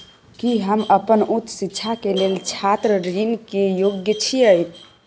की हम अपन उच्च शिक्षा के लेल छात्र ऋण के योग्य छियै?